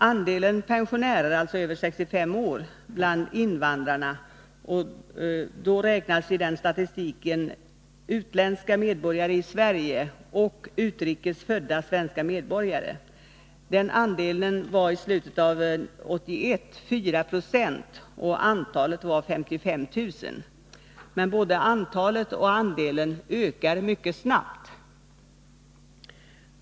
Andelen pensionärer över 65 år bland invandrarna — häri inräknas utländska medborgare i Sverige och utrikes födda svenska medborgare — var 4 Jo i slutet av 1981 och antalet var 55 000. Men både antalet och andelen ökar mycket snabbt.